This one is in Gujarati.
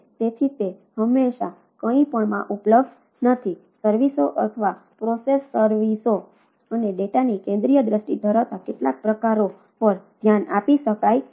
તેથી તે હંમેશાં કંઇપણમાં ઉપલબ્ધ નથી સર્વિસો અથવા પ્રોસેસ સર્વિસો અને ડેટાની કેન્દ્રિય દ્રષ્ટિ ધરાવતા કેટલાક પ્રકારો પર ધ્યાન આપી શકાય છે